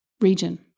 region